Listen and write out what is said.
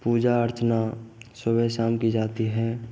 पूजा अर्चना सुबह शाम की जाती है